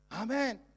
Amen